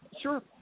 Sure